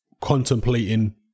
contemplating